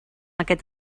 aquest